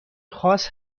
خاص